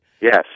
yes